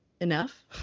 enough